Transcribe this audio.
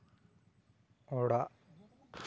ᱚᱲᱟᱜ